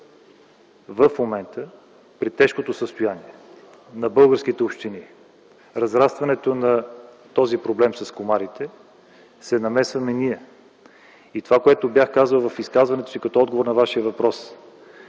В момента при тежкото състояние на българските общини при разрастването на проблема с комарите се намесваме ние. Това, което бях казал в изказването си като отговор на Вашия въпрос